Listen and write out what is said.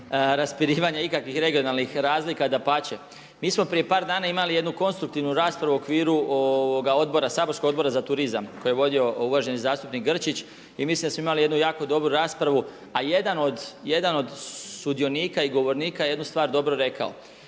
raspirivanja ikakvih regionalnih razlika, dapače. Mi smo prije par dana imali jednu konstruktivnu raspravu u okviru saborskog Odbora za turizam koji je vodio uvaženi zastupnik Grčić, i mislim da smo imali jednu jako dobru raspravu. A jedan od sudionika i govornika jednu je stvar dobro rekao,